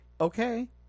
okay